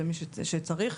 למי שצריך.